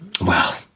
Wow